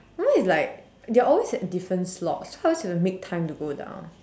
now it's like they always at different slots how are you going to make time to go down